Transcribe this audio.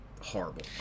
horrible